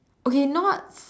okay you know what